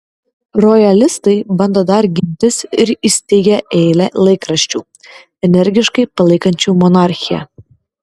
rojalistai bando dar gintis ir įsteigia eilę laikraščių energiškai palaikančių monarchiją